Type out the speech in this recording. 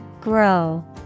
Grow